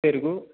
పెరుగు